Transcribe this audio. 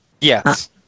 Yes